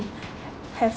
have